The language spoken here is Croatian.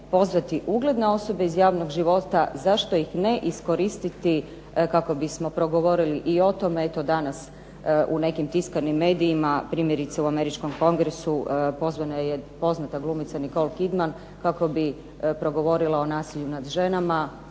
progovorila o nasilju nad ženama.